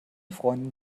freundin